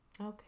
Okay